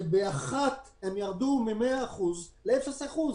שבאחת ירדו מ-100% לאפס אחוז.